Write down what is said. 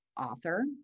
author